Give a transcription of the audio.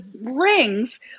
rings